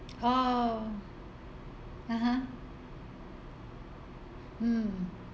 oh (uh huh) mm